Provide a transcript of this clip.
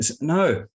No